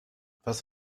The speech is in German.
was